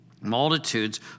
Multitudes